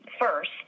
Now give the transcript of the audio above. first